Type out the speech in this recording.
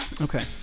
Okay